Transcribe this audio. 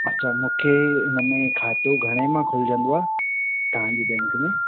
अच्छा मूंखे हिन में खातो घणे मां खुलजंदो आहे तव्हांजी बैंक में